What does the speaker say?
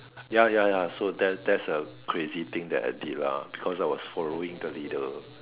ya ya ya so that that's a crazy thing that I did lah because I was following the leader